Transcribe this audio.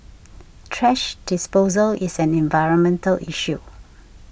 thrash disposal is an environmental issue